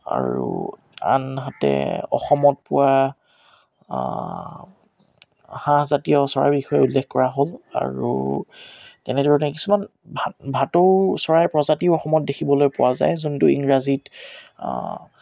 আৰু আনহাতে অসমত পোৱা হাঁহজাতীয় চৰাই বিষয়ে উল্লেখ কৰা হ'ল আৰু তেনেধৰণে কিছুমান ভা ভাটৌ চৰাই প্ৰজাতিও অসমত দেখিবলৈ পোৱা যায় যোনটো ইংৰাজীত